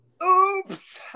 Oops